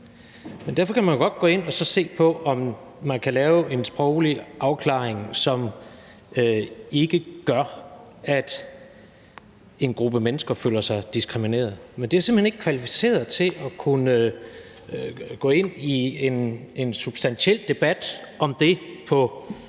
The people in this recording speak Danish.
Men derfor kan man jo godt gå ind at se på, om man kan lave en sproglig afklaring, som ikke gør, at en gruppe mennesker føler sig diskrimineret, men det er jeg simpelt hen ikke kvalificeret til at kunne gå ind i en substantiel debat om med så